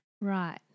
Right